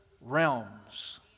realms